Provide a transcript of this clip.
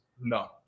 No